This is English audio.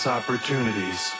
opportunities